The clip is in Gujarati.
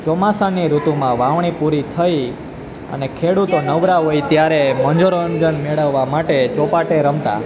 ચોમાસાની ઋતુમાં વાવણી પૂરી થઈ અને ખેડૂતો નવરા હોય ત્યારે મનોરંજન મેળવવા માટે ચોપાટે રમતા